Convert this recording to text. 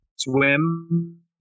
Swim